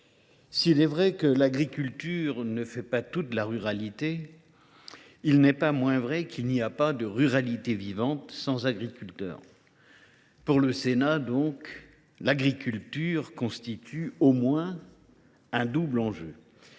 s’il est vrai que l’agriculture ne fait pas toute la ruralité, il n’est pas moins vrai qu’il n’y a pas de ruralité vivante sans agriculteurs. Dès lors, l’agriculture représente un double enjeu